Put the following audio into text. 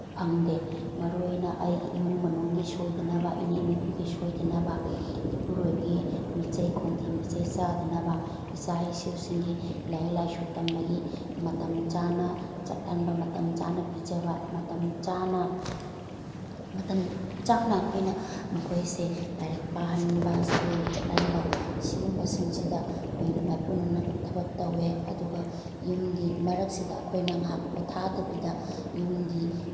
ꯐꯪꯗꯦ ꯃꯔꯨ ꯑꯣꯏꯅ ꯑꯩꯒꯤ ꯏꯃꯨꯡ ꯃꯅꯨꯡꯒꯤ ꯁꯣꯏꯗꯅꯕ ꯏꯅꯦꯝ ꯏꯀꯨꯒꯤ ꯁꯣꯏꯗꯅꯕ ꯏꯄꯨꯔꯣꯏꯕꯒꯤ ꯃꯤꯆꯩ ꯈꯣꯟꯊꯤ ꯃꯤꯆꯩ ꯆꯥꯗꯅꯕ ꯏꯆꯥ ꯏꯁꯨꯁꯤꯡꯒꯤ ꯂꯥꯏꯔꯤꯛ ꯂꯥꯏꯁꯨ ꯇꯝꯕꯒꯤ ꯃꯇꯝ ꯆꯥꯅ ꯆꯠꯍꯟꯕ ꯃꯇꯝ ꯆꯥꯅ ꯄꯤꯖꯕ ꯃꯇꯝ ꯆꯥꯅ ꯃꯇꯝ ꯆꯥꯅ ꯑꯩꯈꯣꯏꯅ ꯃꯈꯣꯏꯁꯦ ꯂꯥꯏꯔꯤꯛ ꯄꯥꯍꯟꯕ ꯁ꯭ꯀꯨꯜ ꯆꯠꯍꯟꯕ ꯁꯤꯒꯨꯝꯕꯁꯤꯡꯁꯤꯗ ꯑꯣꯏꯅ ꯃꯥꯏꯄꯨꯅꯅꯕ ꯊꯕꯛ ꯇꯧꯋꯦ ꯑꯗꯨꯒ ꯌꯨꯝꯒꯤ ꯃꯔꯛꯁꯤꯗ ꯑꯩꯈꯣꯏꯅ ꯉꯥꯏꯍꯥꯛ ꯄꯣꯠꯊꯥꯗꯕꯤꯗ ꯌꯨꯝꯒꯤ